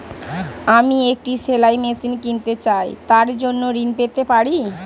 আমি একটি সেলাই মেশিন কিনতে চাই তার জন্য ঋণ পেতে পারি?